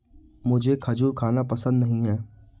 मुझें खजूर खाना पसंद नहीं है